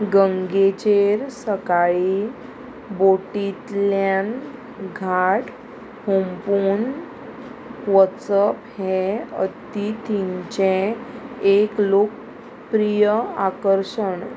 गंगेचेर सकाळीं बोटींतल्यान घाट हुंपून वचप हें अतिथिंचें एक लोकप्रिय आकर्शण